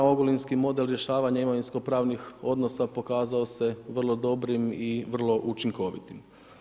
Ogulinski model rješavanja imovinskopravnih odnosa pokazao se vrlo dobrim i vrlo učinkovitim.